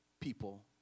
people